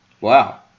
Wow